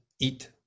eat